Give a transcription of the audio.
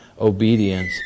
obedience